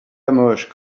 hamoche